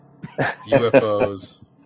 UFOs